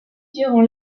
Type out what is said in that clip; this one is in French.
durant